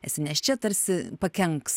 esi nėščia tarsi pakenks